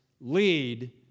lead